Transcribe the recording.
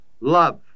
love